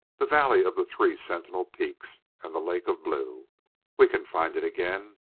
the valley of the three sentinel peaks and the lake of blue we can find it again.